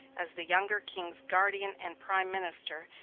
as the young king's guardian and prime minister,